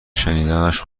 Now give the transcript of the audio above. شنیدنش